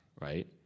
Right